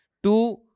Two